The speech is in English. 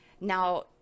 now